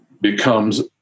becomes